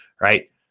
right